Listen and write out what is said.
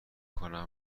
کنی